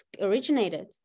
originated